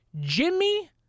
Jimmy